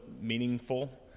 meaningful